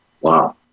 Wow